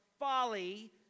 Folly